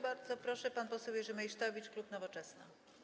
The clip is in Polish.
Bardzo proszę, pan poseł Jerzy Meysztowicz, klub Nowoczesna.